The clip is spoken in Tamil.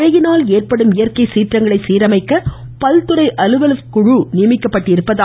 மழையினால் ஏற்படும் இயற்கை சீற்றங்களை சீரமைக்க பல்துறை அலுவலர் குழு நியமிக்கப்பட்டுள்ளது